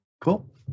Cool